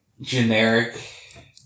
generic